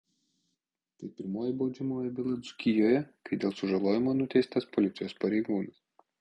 tai pirmoji baudžiamoji byla dzūkijoje kai dėl sužalojimo nuteistas policijos pareigūnas